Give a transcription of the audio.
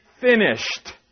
finished